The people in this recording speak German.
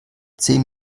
zehn